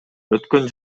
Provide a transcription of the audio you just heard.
өткөн